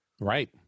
Right